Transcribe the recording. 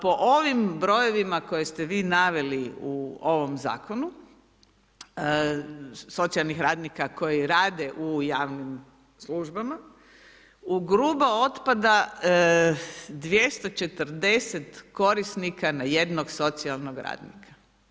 Po ovim brojevima koje ste vi naveli u ovom zakonu socijalnih radnika koji rade u javnim službama, u grubo otpada 240 korisnika na jednog socijalnog radnika.